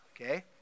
Okay